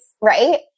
right